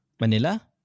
Manila